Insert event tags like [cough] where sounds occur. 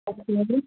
[unintelligible]